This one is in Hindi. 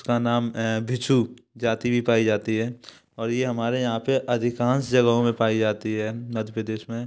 उसका नाम है बिच्छू जाती भी पाई जाती है और ये हमारे यहाँ पे अधिकांश जगहों में पाई जाती है मध्य प्रदेश में